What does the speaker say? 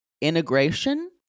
integration